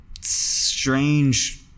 strange